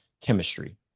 chemistry